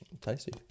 tasty